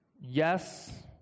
Yes